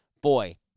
boy